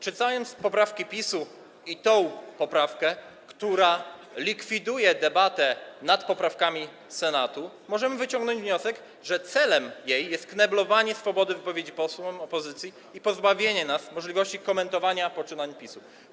Czytając poprawki PiS-u i tę poprawkę, która likwiduje debatę nad poprawkami Senatu, możemy wyciągnąć wniosek, że jej celem jest kneblowanie swobody wypowiedzi posłom opozycji i pozbawienie nas możliwości komentowania poczynań PiS-u.